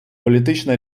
політична